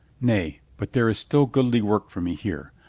nay, but there is still goodly work for me here.